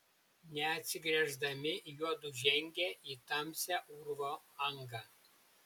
neatsigręždami juodu žengė į tamsią urvo angą